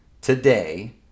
Today